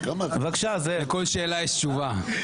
אצלנו ישיבת הסיעה מתחילה כל הזמן ב-15:00,